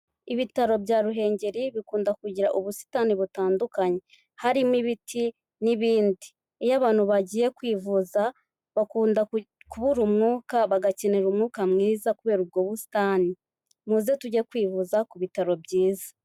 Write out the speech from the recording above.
Ibitaro bya Ruhengeri bikunda kugira ubusitani butandukanye. Harimo ibiti n'ibindi. Iyo abantu bagiye kwivuza bakunda kubura umwuka bagakenera umwuka mwiza kubera ubwo busitani. Muze tujye kwivuza ku bitaro byiza.